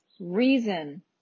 reason